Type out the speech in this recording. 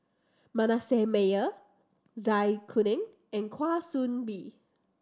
Manasseh Meyer Zai Kuning and Kwa Soon Bee